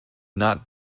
not